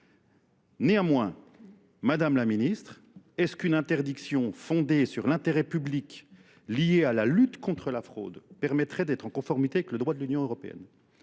Néanmoins, Madame la Ministre, est-ce qu'une interdiction fondée sur l'intérêt public liée à la lutte contre la fraude permettrait d'être en conformité avec le droit de l'Union européenne ?